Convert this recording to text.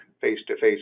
face-to-face